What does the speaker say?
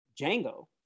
Django